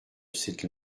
cette